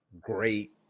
great